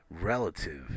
relative